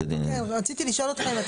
לשאול אתכם,